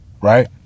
right